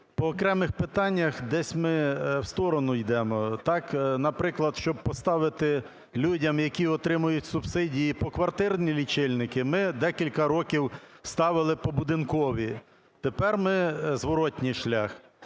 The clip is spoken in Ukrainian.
по окремих питаннях десь ми в сторону йдемо. Так, наприклад, щоб поставити людям, які отримують субсидії, поквартирні лічильники, ми декілька років ставили побудинкові. Тепер ми – зворотній шлях.